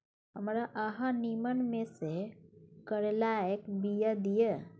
हमरा अहाँ नीमन में से करैलाक बीया दिय?